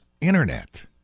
Internet